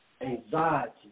anxiety